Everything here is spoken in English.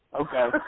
Okay